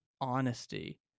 honesty